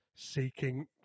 Seeking